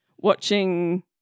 watching